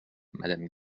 madame